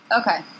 Okay